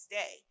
day